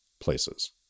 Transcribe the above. places